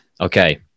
okay